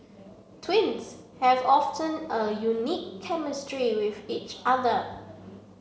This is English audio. twins have often a unique chemistry with each other